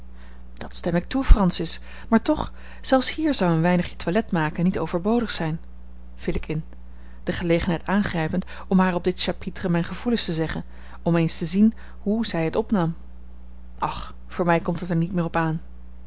dat stem ik toe francis maar toch zelfs hier zou een weinigje toilet maken niet overbodig zijn viel ik in de gelegenheid aangrijpend om haar op dit chapitre mijn gevoelen te zeggen om eens te zien hoe zij het opnam och voor mij komt het er niet meer op aan